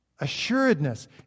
assuredness